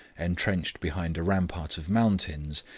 entrenched behind a rampart of mountains,